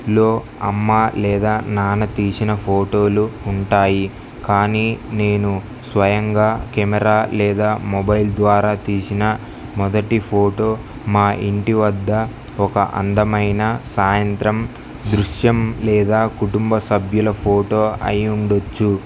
లో అమ్మ లేదా నాన్న తీసిన ఫోటోలు ఉంటాయి కానీ నేను స్వయంగా కెమెరా లేదా మొబైల్ ద్వారా తీసిన మొదటి ఫోటో మా ఇంటి వద్ద ఒక అందమైన సాయంత్రం దృశ్యం లేదా కుటుంబ సభ్యుల ఫోటో అయి ఉండొచ్చు